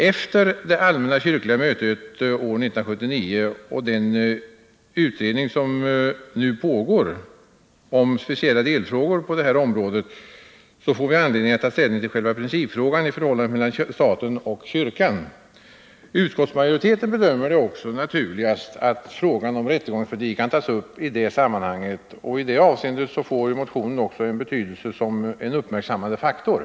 Efter det allmänna kyrkliga mötet år 1979 tillsattes en utredning som nu arbetar med speciella delfrågor på detta område. När utredningen har slutförts får vi anledning att ta ställning till själva principfrågan om förhållandet mellan staten och kyrkan. Utskottsmajoriteten bedömer det vara naturligast att också frågan om rättegångspredikan tas upp i det sammanhanget. Då får ju motionen även betydelse som en uppmärksammande faktor.